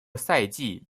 赛季